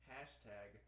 Hashtag